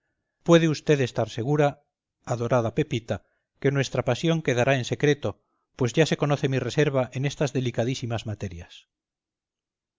puede usted estar segura adorada pepita que nuestra pasión quedará en secreto pues ya se conoce mi reserva en estas delicadísimas materias